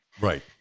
Right